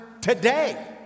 today